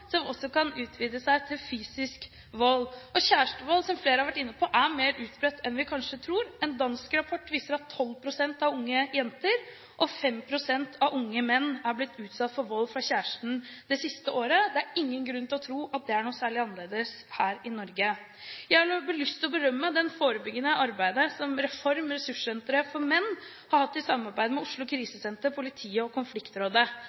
som flere har vært inne på, er mer utbredt enn vi kanskje tror. En dansk rapport viser at 12 pst. av unge jenter og 5 pst. av unge menn er blitt utsatt for vold fra kjæresten det siste året. Det er ingen grunn til å tro at det er noe særlig annerledes her i Norge. Jeg har lyst til å berømme det forebyggende arbeidet som Reform – ressurssenter for menn har hatt i samarbeid med Oslo krisesenter, politiet og Konfliktrådet.